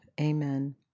Amen